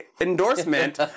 endorsement